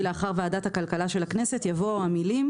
לאחר ועדת הכלכלה של הכנסת יבואו המילים: